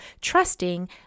trusting